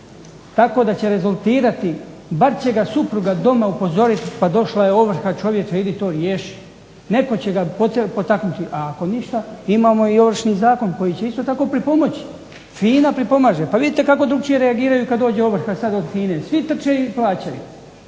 tako da će rezultirati, bar će ga supruga doma upozoriti pa došla je ovrha čovječe idi to riješi. Netko će ga potaknuti, a ako ništa imamo i Ovršni zakon koji će isto tako pripomoći. FINA pripomaže. Pa vidite kako drukčije reagiraju kad dođe ovrha sad od FINA-e, svi trče i plaćaju.